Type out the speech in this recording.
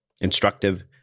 instructive